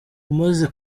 umaze